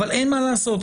אבל אין מה לעשות,